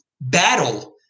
battle